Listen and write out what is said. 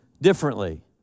differently